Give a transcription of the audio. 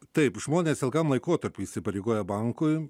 taip žmonės ilgam laikotarpiui įsipareigoja bankui